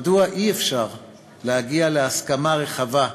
מדוע אי-אפשר להגיע להסכמה רחבה,